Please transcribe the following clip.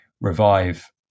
revive